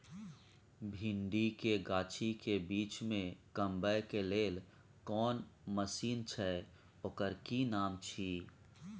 भिंडी के गाछी के बीच में कमबै के लेल कोन मसीन छै ओकर कि नाम छी?